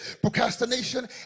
procrastination